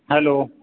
hello